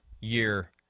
year